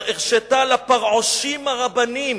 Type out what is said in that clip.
"הרשתה לפרעושים הרבנים